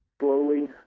slowly